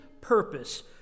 purpose